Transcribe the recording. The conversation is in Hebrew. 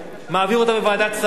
מעביר אותה בוועדת שרים,